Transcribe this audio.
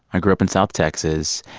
i grew up in south texas.